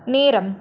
நேரம்